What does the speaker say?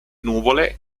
nuvole